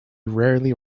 rarely